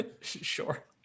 Sure